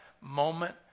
moment